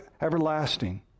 everlasting